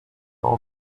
all